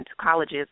colleges